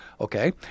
Okay